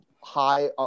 high